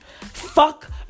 Fuck